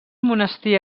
monestir